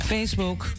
Facebook